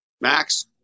Max